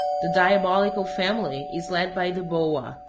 the diabolical family is led by the boa,